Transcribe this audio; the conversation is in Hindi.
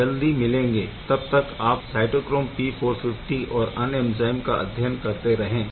हम जल्दी मिलेंगे तब तक आप साइटोक्रोम P450 और अन्य एंज़ाइम का अध्ययन करते रहे